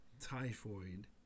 typhoid